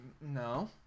no